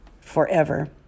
forever